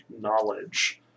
knowledge